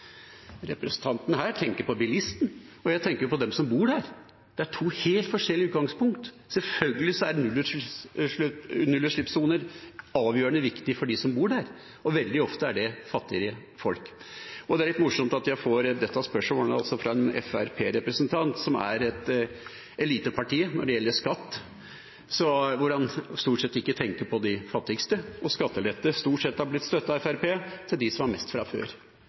tenker på bilisten. Jeg tenker på dem som bor der. Det er to helt forskjellige utgangspunkt. Selvfølgelig er nullutslippssoner avgjørende viktig for dem som bor der, og veldig ofte er det fattigere folk. Det er litt morsomt at jeg får dette spørsmålet fra en representant for Fremskrittspartiet, som er elitepartiet når det gjelder skatt, hvor de stort sett ikke tenker på de fattigste, og hvor skattelette til dem som har mest fra før, stort sett har blitt støttet av